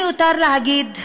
מיותר להגיד,